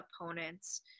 opponents